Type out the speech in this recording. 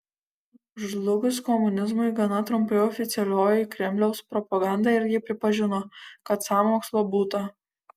žlugus komunizmui gana trumpai oficialioji kremliaus propaganda irgi pripažino kad sąmokslo būta